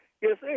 Yes